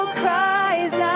cries